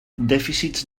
dèficits